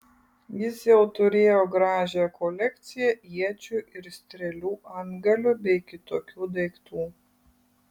jis jau turėjo gražią kolekciją iečių ir strėlių antgalių bei kitokių daiktų